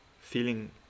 feeling